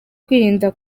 kwirinda